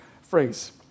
phrase